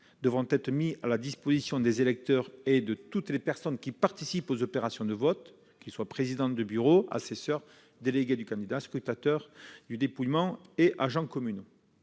devront être mis à la disposition des électeurs et de toutes les personnes qui participent aux opérations de vote- président de bureau, assesseurs, délégués du candidat, scrutateurs du dépouillement et agents communaux.